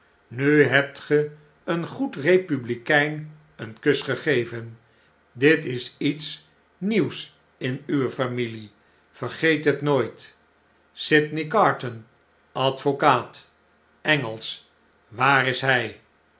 nu hebtgeeen goed eepublikein een kus gegeven dit is iets nieuws in uwe familie vergeet het nooitl sydney carton advocaat engelsch waar is hjj